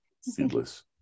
seedless